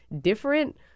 different